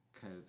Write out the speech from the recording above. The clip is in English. cause